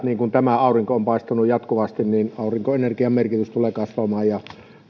niin kuin aurinko on paistanut jatkuvasti niin aurinkoener gian merkitys tulee kasvamaan